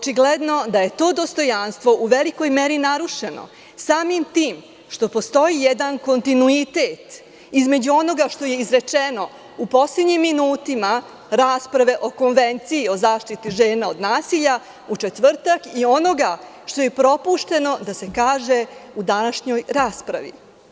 Očigledno da je to dostojanstvo u velikoj meri narušeno, samim tim što postoji jedan kontinuitet između onoga što je izrečeno u poslednjim minutima rasprave o Konvenciji o zaštiti žena od nasilja, u četvrta, i onoga što je propušteno da se kaže u današnjoj raspravi.